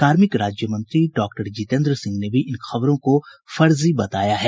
कार्मिक राज्य मंत्री डॉक्टर जितेंद्र सिंह ने भी इन खबरों को फर्जी बताया है